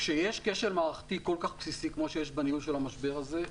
כשיש כשל מערכתי כל כך בסיסי כמו שיש בניהול המשבר הזה,